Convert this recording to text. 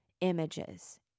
images